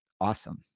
awesome